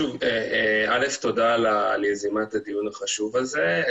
א', תודה על ייזום הדיון החשוב הזה.